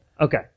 Okay